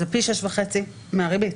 זה פי 6.5 מהריבית.